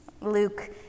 Luke